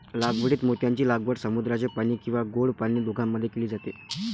लागवडीत मोत्यांची लागवड समुद्राचे पाणी किंवा गोड पाणी दोघांमध्ये केली जाते